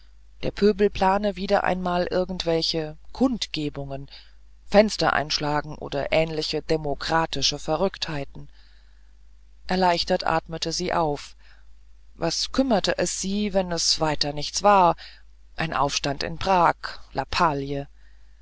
der pöbel plane wieder einmal irgendwelche kundgebungen fenstereinschlagen oder ähnliche demokratische verrücktheiten erleichtert atmete sie auf was kümmerte es sie wenn es weiter nichts war ein aufstand in prag lappalie